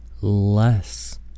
Less